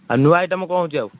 ଆଉ ନୂଆ ଆଇଟମ୍ କ'ଣ ହେଉଛି ଆଉ